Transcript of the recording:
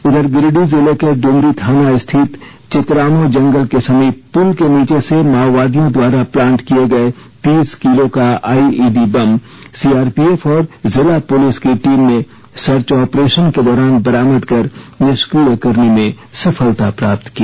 उधर गिरिडीह जिले के ड्मरी थाना स्थित चितरामो जंगल के समीप पुल के नीचे से माओवादियों द्वारा प्लांट किए गए तीस किलो का आईईडी बम सीआरपीएफ और जिला पुलिस की टीम ने सर्च ऑपरशन के दौरान बरामद कर निष्क्रिय करने में सफलता प्राप्त की